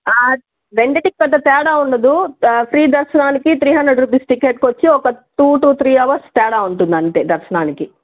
రెండిటికి పెద్ద తేడా ఉండదు ఫ్రీ దర్శనానికి త్రీ హండ్రెడ్ రూపీస్ టికెట్కు వచ్చి ఒక టూ టు త్రీ హవర్స్ తేడా ఉంటుంది అంతే దర్శనానికి